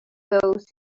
those